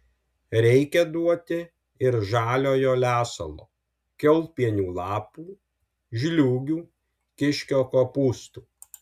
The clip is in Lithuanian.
reikia duoti ir žaliojo lesalo kiaulpienių lapų žliūgių kiškio kopūstų